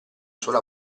sola